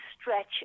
stretch